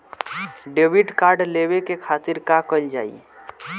Debit card लेवे के खातिर का कइल जाइ?